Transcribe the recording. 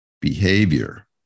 Behavior